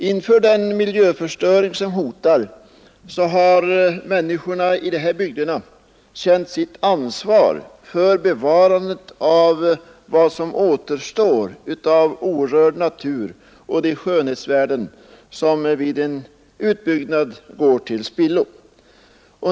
Inför den miljöförstöring som hotar har människorna i de här bygderna känt sitt ansvar för bevarandet av vad som återstår av orörd natur och de skönhetsvärden som vid en utbyggnad går till spillo.